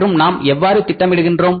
மற்றும் நாம் எவ்வாறு திட்டமிடுகின்றோம்